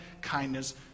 kindness